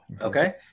Okay